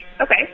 Okay